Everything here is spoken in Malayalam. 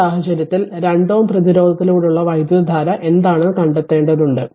ഈ സാഹചര്യത്തിൽ 2 Ω പ്രതിരോധത്തിലൂടെയുള്ള വൈദ്യുതധാര എന്താണെന്ന് കണ്ടെത്തേണ്ടതുണ്ട്